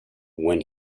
when